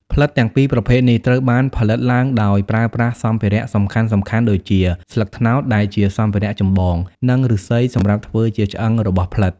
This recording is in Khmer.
ផ្លិតទាំងពីរប្រភេទនេះត្រូវបានផលិតឡើងដោយប្រើប្រាស់សម្ភារៈសំខាន់ៗដូចជា ស្លឹកត្នោត ដែលជាសម្ភារៈចម្បង និង ឫស្សី សម្រាប់ធ្វើជាឆ្អឹងរបស់ផ្លិត។